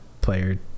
player